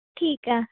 ਠੀਕ ਆ